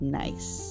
nice